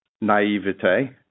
naivete